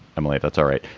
emily, if that's all right.